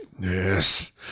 Yes